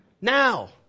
Now